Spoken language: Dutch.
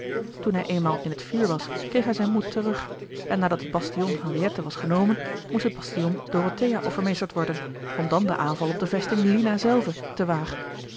toen hij eenmaal in het vuur was kreeg hij zijn moed terug en nadat het bastion henriette was genomen moest het bastion dorothea vermeesterd worden om dan den aanval op de vesting lina zelve te wagen